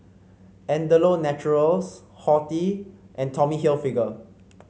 Andalou Naturals Horti and Tommy Hilfiger